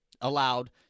allowed